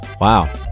Wow